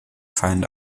find